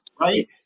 right